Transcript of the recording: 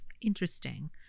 Interesting